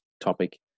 topic